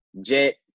Jet